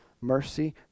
mercy